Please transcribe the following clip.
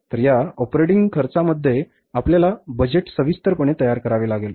तर या ऑपरेटिंग खर्चामध्ये आपल्याला बजेट सविस्तरपणे तयार करावे लागेल